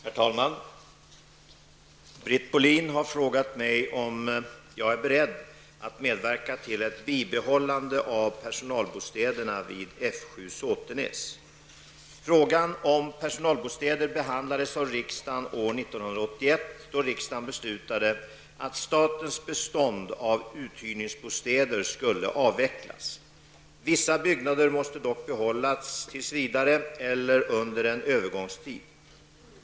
Herr talman! Britt Bohlin har frågat mig om jag är beredd att medverka till ett bibehållande av personalbostäderna vid F7 Såtenäs. Frågan om personalbostäder behandlades av riksdagen år 1981, då riksdagen beslutade att statens bestånd av uthyrningsbostäder skulle avvecklas. Vissa byggnader måste dock behållas tills vidare eller under en övergångstid.